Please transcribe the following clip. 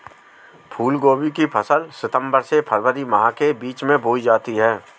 फूलगोभी की फसल सितंबर से फरवरी माह के बीच में बोई जाती है